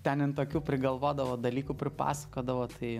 ten jin tokių prigalvodavo dalykų pripasakodavo tai